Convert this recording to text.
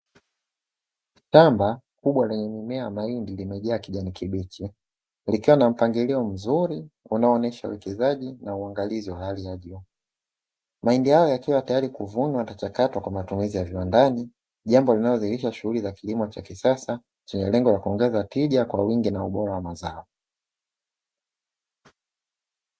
Shamba kubwa lenye mimea ya mahindi limejaa kijani kibichi, likiwa na mpangilio mzuri unaoonyesha utunzaji na uangalizi wa hali juu, mahindi hayo yakiwa teyari kuvunwa na kuchakatwa kwa matumizi ya viwandani, jambo linalodhihirisha shughuli za kilimo cha kisasa chenye lengo la kuongeza tija kwa wingi na ubora wa mazao.